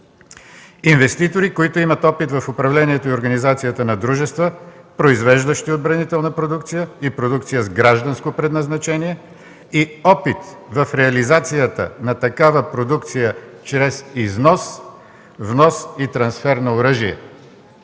инвеститори, които имат опит в управлението и организацията на дружества, произвеждащи отбранителна продукция и продукция с гражданско предназначение и опит в реализацията на такава продукция чрез износ, внос и трансфер на оръжие”.